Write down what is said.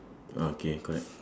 okay correct